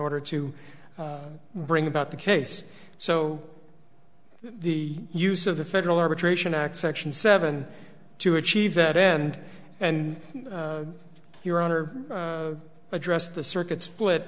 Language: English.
order to bring about the case so the use of the federal arbitration act section seven to achieve that end and your honor addressed the circuit split